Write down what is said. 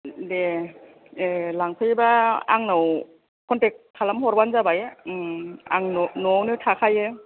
दे ए लांफैबा आंनाव खन्टेक खालामहरबानो जाबाय आं न' न'आवनो थाखायो